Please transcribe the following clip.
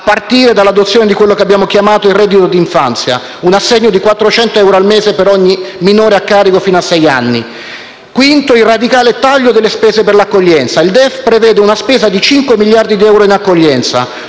a partire dall'adozione di quello che noi abbiamo chiamato «reddito d'infanzia»: un assegno di 400 euro al mese per ogni minore a carico fino a sei anni di età. Quinto: il radicale taglio delle spese per l'accoglienza. Il DEF prevede una spesa di 5 miliardi di euro in accoglienza,